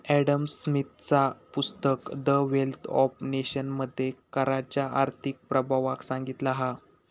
Adam स्मिथचा पुस्तक the wealth of nation मध्ये कराच्या आर्थिक प्रभावाक सांगितला हा